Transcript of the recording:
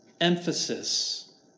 emphasis